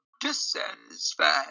dissatisfied